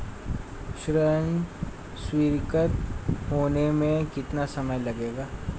ऋण स्वीकृत होने में कितना समय लगेगा?